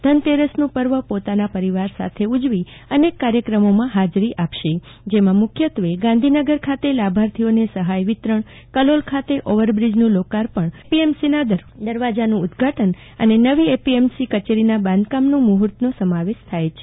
ધનતેરસનું પર્વ પોતાના પરિવાર સાથે ઉજવણી અનેક કાર્યક્રમોમાં હાજરી આપશે જેમાં મુખ્યત્વે ગાંધીનગર ખાતે લાભાર્થીઓને સહાય વિતરણ કલોલ ખાતે ઓવરબ્રીજનું લોકાર્પણ બાદ એપીએમસીના દરવાજાનું ઉદઘાટન અને નવી એપીએમસી કચેરીના બાંધકામનું મુહૂર્તનો સમાવેશ થાય છે